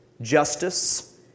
justice